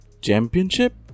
Championship